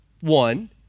one